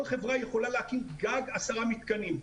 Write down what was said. כל חברה יכולה להקים גג 10 מתקנים,